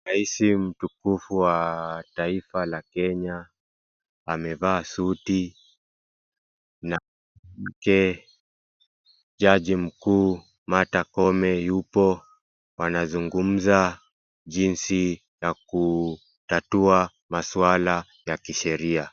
Rais mtukufu wa taifa la Kenya amevaa suti na mwanamke jaji mkuu Martha Koome yupo wanazungumza jinsi ya kutatua maswala ya kisheria.